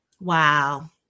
Wow